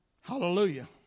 Hallelujah